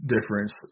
difference